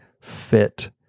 fit